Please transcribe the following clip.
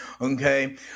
Okay